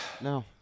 No